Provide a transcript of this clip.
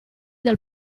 del